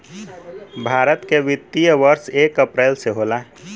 भारत के वित्तीय वर्ष एक अप्रैल से होला